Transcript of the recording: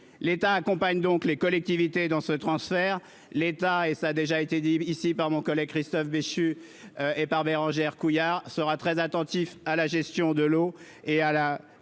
L'État accompagne donc les collectivités dans ce transfert et- cela a déjà été dit ici par mes collègues Christophe Béchu et Bérangère Couillard -sera très attentif à la gestion de l'eau et à la